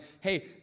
hey